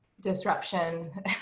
disruption